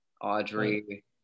Audrey